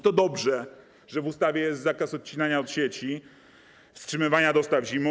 To dobrze, że w ustawie jest zakaz odcinania od sieci, wstrzymywania dostaw zimą.